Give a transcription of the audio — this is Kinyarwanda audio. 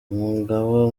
umugaba